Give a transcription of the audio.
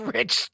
Rich